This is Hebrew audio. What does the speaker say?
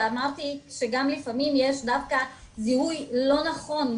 ואמרתי שגם לפעמים יש דווקא זיהוי לא נכון,